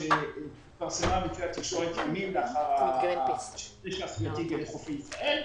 שהתפרסמה בכלי התקשורת ימים לאחר מה שקרה בחופי ישראל.